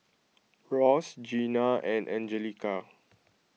Ross Gina and Angelica